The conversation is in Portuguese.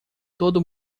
todo